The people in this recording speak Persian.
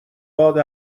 باد